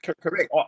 Correct